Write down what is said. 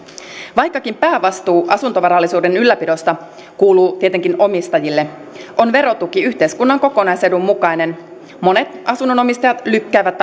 vaikkakin päävastuu asuntovarallisuuden ylläpidosta kuuluu tietenkin omistajille on verotuki yhteiskunnan kokonaisedun mukainen monet asunnon omistajat lykkäävät